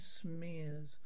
smears